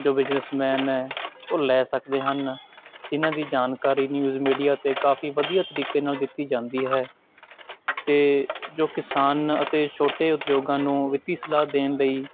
ਜੋ ਬਿਜਨਸਮੈਨ ਹੈ ਉਹ ਲੈ ਸਕਦੇ ਹਨ ਜਿਹਨਾਂ ਦੀ ਜਾਣਕਾਰੀ ਨਿਊਜ਼ ਮੀਡੀਆ 'ਤੇ ਕਾਫੀ ਵਧੀਆ ਤਰੀਕੇ ਨਾਲ ਦਿੱਤੀ ਜਾਂਦੀ ਹੈ ਅਤੇ ਜੋ ਕਿਸਾਨ ਅਤੇ ਛੋਟੇ ਉਦਯੋਗਾਂ ਨੂੰ ਵਿੱਤੀ ਸਲਾਹ ਦੇਣ ਲਈ